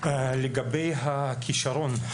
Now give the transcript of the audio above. לגבי הכישרון,